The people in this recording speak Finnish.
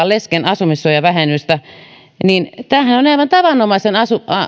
lesken asumissuojavähennystä niin tämähän on aivan tavanomaisen